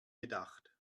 gedacht